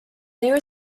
there